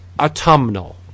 Autumnal